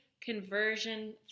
conversion